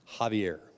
Javier